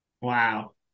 Wow